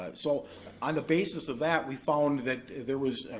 um so on the basis of that, we found that there was,